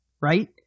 right